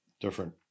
different